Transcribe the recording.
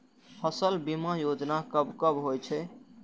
फसल बीमा योजना कब कब होय छै?